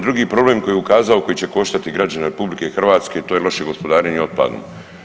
Drugi problem koji je ukazao i koji će koštati građane RH, to je loše gospodarenje otpadom.